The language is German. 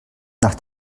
nach